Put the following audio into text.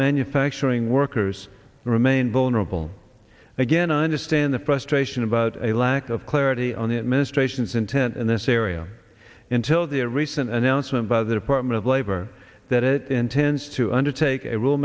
manufacturing workers remain vulnerable again i understand the frustration about a lack of clarity on the administration's intent in this area in till the recent announcement by the department of labor that it intends to undertake